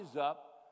up